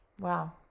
Wow